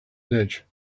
ditch